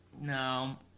no